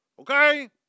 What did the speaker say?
okay